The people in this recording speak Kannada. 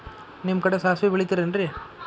ನಿಮ್ಮ ಕಡೆ ಸಾಸ್ವಿ ಬೆಳಿತಿರೆನ್ರಿ?